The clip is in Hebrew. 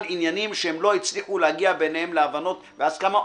עניינים שהם לא הצליחו להגיע ביניהם להבנות והסכמה,